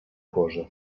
cosa